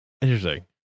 Interesting